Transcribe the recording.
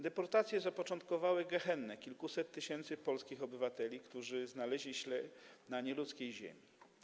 Deportacje zapoczątkowały gehennę kilkuset tysięcy polskich obywateli, którzy znaleźli się na nieludzkiej ziemi.